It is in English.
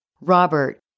Robert